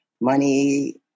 money